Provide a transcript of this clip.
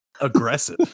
Aggressive